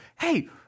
hey